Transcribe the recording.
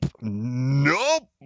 nope